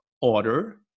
order